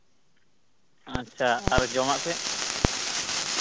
ᱟᱪᱪᱷᱟ ᱟᱨ ᱡᱚᱢᱟᱜ ᱠᱚ